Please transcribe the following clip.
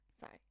sorry